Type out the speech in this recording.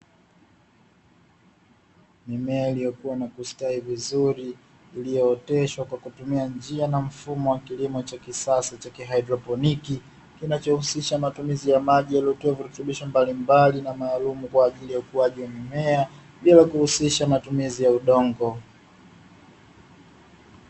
Mimea iliyokua na kustawi vizuri, iliyooteshwa kwa kutumia njia na mfumo wa kilimo cha kisasa cha haidroponi, kinacho husisha matumizi ya maji yaliyotiwa virutubisho mbalimbali na maalumu kwa ajili ya ukuaji wa mimea bila kuhusisha matumizi ya udongo.